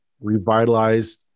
revitalize